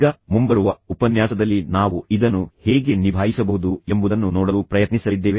ಈಗ ಮುಂಬರುವ ಉಪನ್ಯಾಸದಲ್ಲಿ ನಾವು ಇದನ್ನು ಹೇಗೆ ನಿಭಾಯಿಸಬಹುದು ಎಂಬುದನ್ನು ನೋಡಲು ಪ್ರಯತ್ನಿಸಲಿದ್ದೇವೆ